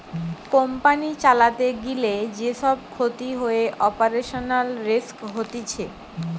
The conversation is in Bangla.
কোম্পানি চালাতে গিলে যে সব ক্ষতি হয়ে অপারেশনাল রিস্ক হতিছে